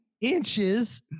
inches